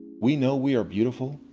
we know we are beautiful.